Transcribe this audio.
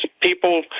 people